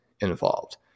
involved